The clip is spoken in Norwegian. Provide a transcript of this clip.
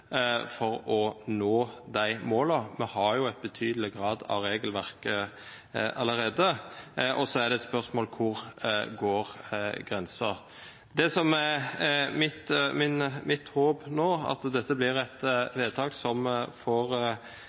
for å nå målet. Vi har jo i betydelig grad regelverket allerede, og så er spørsmålet: Hvor går grensen? Det som er mitt håp nå, er at dette vedtaket får flertall i Stortinget. Det trår i kraft fra 1. mai. Jeg tror den debatten som